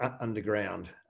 underground